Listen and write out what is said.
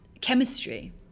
chemistry